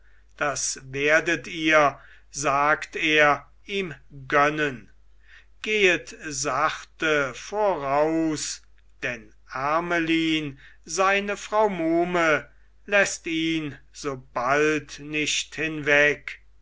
das werdet ihr sagt er ihm gönnen gehet sachte voraus denn ermelyn seine frau muhme läßt ihn sobald nicht hinweg